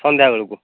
ସନ୍ଧ୍ୟାବେଳକୁ